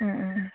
एह एह